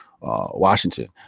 Washington